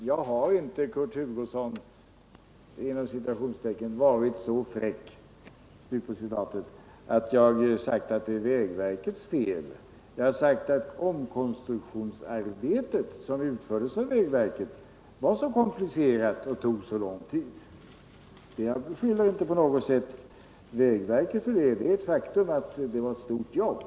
Herr talman! Jag har inte, Kurt Hugosson, ”varit så fräck” att jag sagt att det är vägverkets fel. Däremot har jag sagt att konstruktionsarbetet som utfördes av vägverket var så komplicerat och tog så lång tid. Jag beskyller inte på något sätt vägverket för detta. Det är ett faktum att det var ett stort arbete.